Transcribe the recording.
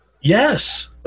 Yes